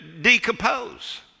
decompose